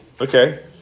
Okay